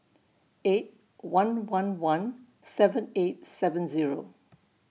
eight one one one seven eight seven Zero